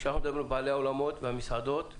כשאנחנו מדברים על נושא המסעדות והאולמות,